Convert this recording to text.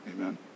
Amen